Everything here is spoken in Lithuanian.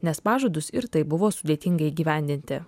nes pažadus ir taip buvo sudėtinga įgyvendinti